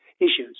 issues